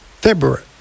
February